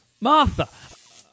Martha